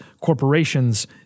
corporations